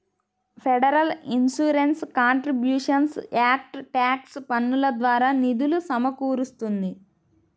federal insurance contributions act tax పన్నుల ద్వారా నిధులు సమకూరుస్తుంది